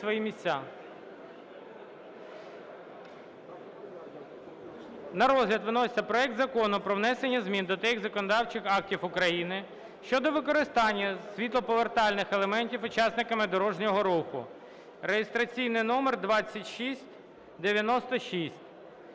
за основу проекту Закону про внесення змін до деяких законодавчих актів України щодо використання світлоповертальних елементів учасниками дорожнього руху (реєстраційний номер 2696).